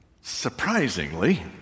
Surprisingly